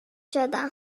شدم